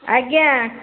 ଆଜ୍ଞା